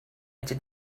did